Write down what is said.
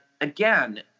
again